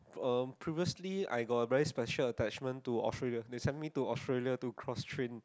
um previously I got a very special attachment to Australia they sent me to Australia to cross train